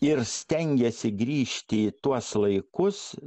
ir stengiasi grįžti į tuos laikus